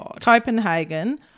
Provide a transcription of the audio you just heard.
Copenhagen